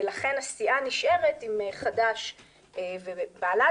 ולכן הסיעה נשארת עם חד"ש ובל"ד,